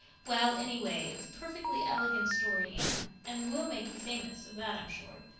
well, anyway, it's a perfectly elegant story, anne, and will make you famous, of that i'm sure.